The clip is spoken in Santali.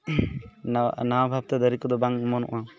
ᱱᱟᱣᱟ ᱱᱟᱣᱟ ᱵᱷᱟᱵᱛᱮ ᱫᱟᱨᱮ ᱠᱚᱫᱚ ᱵᱟᱝ ᱚᱢᱚᱱᱚᱜᱼᱟ